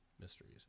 Mysteries